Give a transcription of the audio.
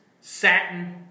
satin